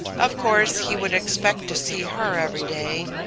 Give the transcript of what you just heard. of course he would expect to see her every day,